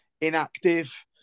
inactive